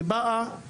היא באה